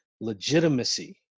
legitimacy